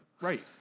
right